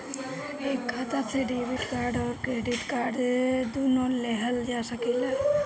एक खाता से डेबिट कार्ड और क्रेडिट कार्ड दुनु लेहल जा सकेला?